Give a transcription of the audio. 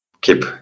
keep